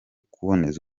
kuboneza